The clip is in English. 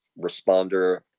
responder